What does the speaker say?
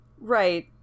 Right